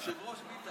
אדוני היושב-ראש,